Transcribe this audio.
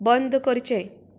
बंद करचें